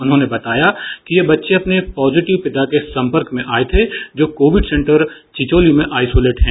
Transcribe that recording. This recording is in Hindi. उन्होंने बताया कि ये बच्चे अपने पॉजिटिव पिता के संपर्क में आए थे जो कोविड सेंटर चिचोली में आइसोलेट है